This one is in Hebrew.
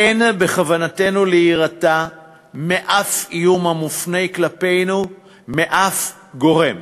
אין בכוונתנו להירתע מאף איום המופנה כלפינו מאף גורם.